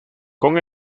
con